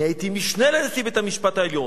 אני הייתי משנה לנשיא בית-המשפט העליון.